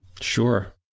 Sure